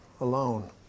alone